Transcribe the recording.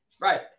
right